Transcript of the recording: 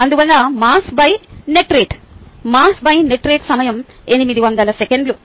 అందువల్ల మాస్నెట్ రేటు సమయం 800 సెకన్ల